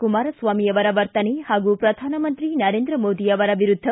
ಕುಮಾರಸ್ವಾಮಿ ಅವರ ವರ್ತನೆ ಹಾಗೂ ಪ್ರಧಾನಮಂತ್ರಿ ನರೇಂದ್ರ ಮೋದಿ ಅವರ ವಿರುದ್ಧ